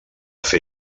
fer